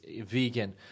vegan